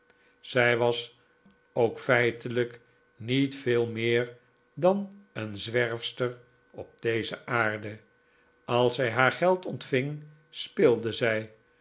zij was ook feitelijk niet veel meer dan een zwerfster op deze aarde als zij haar geld ontving speelde zij